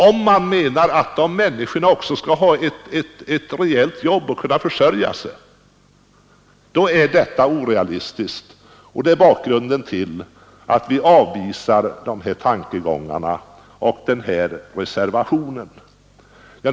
Om man menar att de människorna också skall ha ett rejält jobb och kunna försörja sig, då är detta orealistiskt, och det är bakgrunden till att vi avvisar de här tankegångarna och den reservation där de framförs.